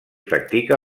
practica